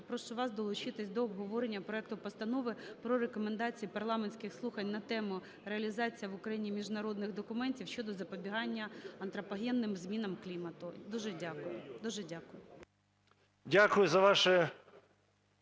я прошу вас долучитись до обговорення проекту Постанови про Рекомендації парламентських слухань на тему: "Реалізація в Україні міжнародних документів щодо запобігання антропогенним змінам клімату". Дуже дякую. Дуже дякую.